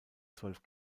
zwölf